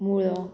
मुळो